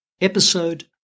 Episode